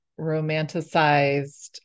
romanticized